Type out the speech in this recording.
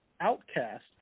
Outcast